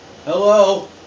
Hello